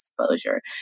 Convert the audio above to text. exposure